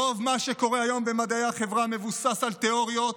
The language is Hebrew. רוב מה שקורה היום במדעי החברה מבוסס על תיאוריות